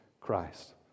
Christ